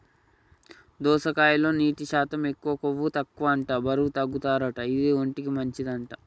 దోసకాయలో నీటి శాతం ఎక్కువ, కొవ్వు తక్కువ అంట బరువు తగ్గుతారట తింటే, ఒంటికి మంచి అంట